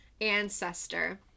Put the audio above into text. ancestor